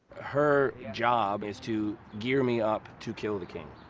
her job is to gear me up to kill the king.